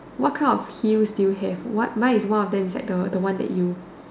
what kind of heels do you have what now one of them is like the the one that you